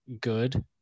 good